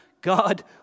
God